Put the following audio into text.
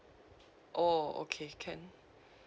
oh okay can